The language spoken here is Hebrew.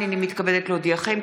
הינני מתכבדת להודיעכם,